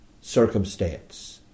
circumstance